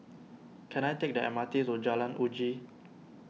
can I take the M R T to Jalan Uji